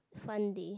fun day